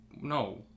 no